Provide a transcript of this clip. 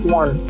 one